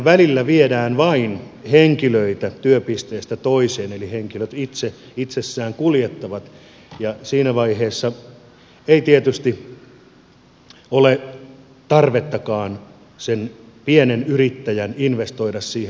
välillä viedään vain henkilöitä työpisteestä toiseen eli henkilöt itse kuljettavat ja siinä vaiheessa ei tietysti ole tarvettakaan sen pienyrittäjän investoida siihen ajoneuvoon